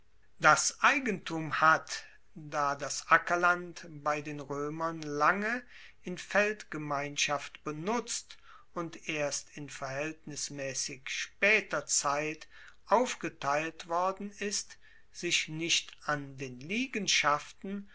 das eigentum hat da das ackerland bei den roemern lange in feldgemeinschaft benutzt und erst in verhaeltnismaessig spaeter zeit aufgeteilt worden ist sich nicht an den liegenschaften